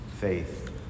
faith